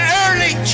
early